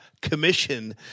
commission